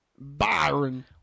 Byron